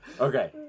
Okay